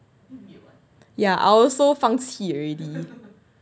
ya I also 放弃 already